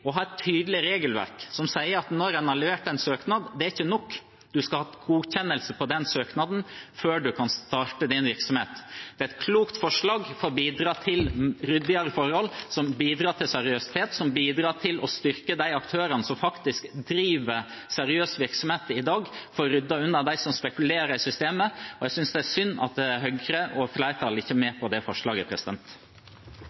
å ha et tydelig regelverk som sier at når man har levert en søknad, er ikke det nok; man skal ha godkjennelse av den søknaden før man kan starte sin virksomhet. Det er et klokt forslag for å bidra til ryddigere forhold, som bidrar til seriøsitet, som bidrar til å styrke de aktørene som faktisk driver seriøs virksomhet i dag, for å rydde unna dem som spekulerer i systemet. Jeg synes det er synd at Høyre og flertallet ikke er med